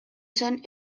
zen